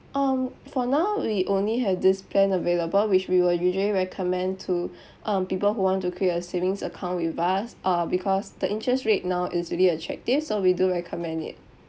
um for now we only have this plan available which we will usually recommend to um people who want to create a savings account with us uh because the interest rate now is really attractive so we do recommend it